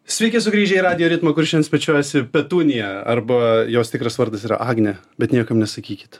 sveiki sugrįžę į radijo ritmą kur šiandien svečiuojasi petunija arba jos tikras vardas yra agnė bet niekam nesakykit